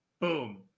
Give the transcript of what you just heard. Boom